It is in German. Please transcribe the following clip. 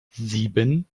sieben